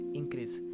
increase